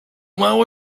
mało